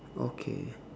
okay